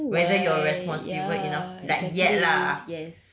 whether you are responsible enough like yet lah